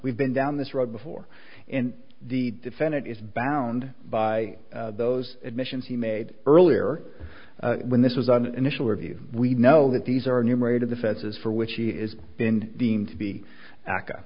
we've been down this road before in the defendant is bound by those admissions he made earlier when this is an initial review we know that these are numerated defenses for which he is been deemed to be ac